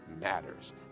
matters